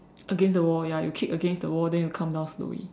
against the wall ya you kick against the wall then you come down slowly